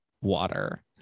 Water